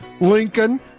Lincoln